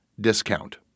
discount